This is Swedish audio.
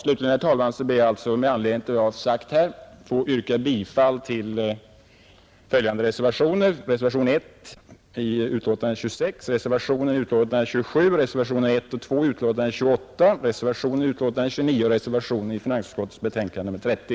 Slutligen, herr talman, ber jag att med anledning av vad jag anfört få yrka bifall till reservationen 1 vid finansutskottets betänkande nr 26, reservationen vid betänkandet nr 27, reservationerna 1 och 2 vid betänkandet nr 28, reservationen vid betänkandet nr 29 och reservationen vid betänkandet nr 30.